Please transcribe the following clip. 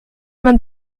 man